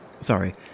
Sorry